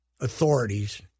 authorities